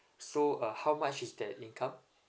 so uh how much is the income